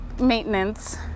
maintenance